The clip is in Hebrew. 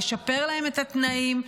לשפר להם את התנאים.